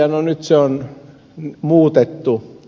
no nyt se on muutettu